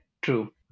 True